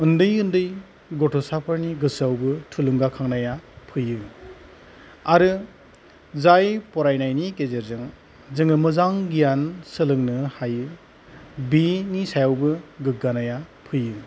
उन्दै उन्दै गथ'साफोरनि गोसोआवबो थुलुंगाखांनाया फैयो आरो जाय फरायनायनि गेजेरजों जोङो मोजां गियान सोलोंनो हायो बेनि सायावबो गोग्गानाया फैयो